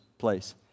place